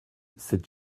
cette